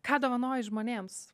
ką dovanoji žmonėms